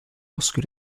lorsque